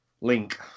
link